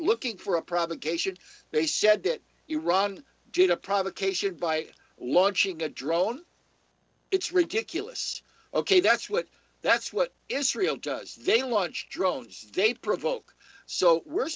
looking for a provocation they said that iran did a provocation by launching a drone it's ridiculous ok that's what that's what israel does they launch drones they provoke so we're